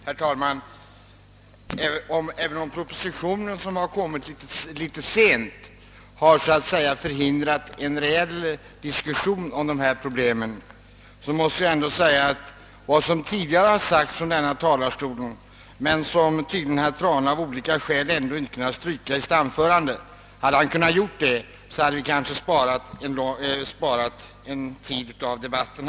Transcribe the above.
Herr talman! Även om propositionen lämnades litet sent och så att säga förhindrat en reell diskussion om problemen måste jag säga, att ifall herr Trana i sitt manus kunnat stryka vad som tidigare sagts från denna talarstol, så kunde vi ha sparat en del debattid.